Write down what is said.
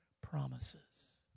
promises